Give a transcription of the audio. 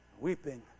Weeping